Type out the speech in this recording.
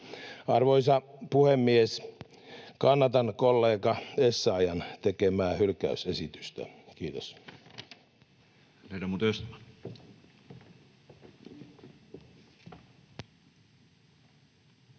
Arvoisa puhemies! Kannatan kollega Essayahin tekemää hylkäysesitystä. — Kiitos.